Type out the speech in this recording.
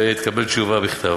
ותקבל תשובה בכתב.